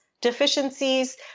Deficiencies